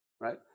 right